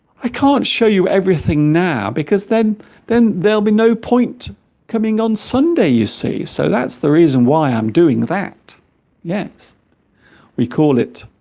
i can't show you everything now because then then there'll be no point coming on sunday you see so that's the reason why i'm doing that yes we call it